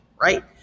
right